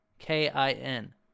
k-i-n